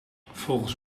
volgens